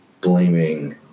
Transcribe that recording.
blaming